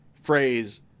phrase